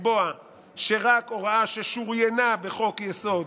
לקבוע שרק הוראה ששוריינה בחוק-יסוד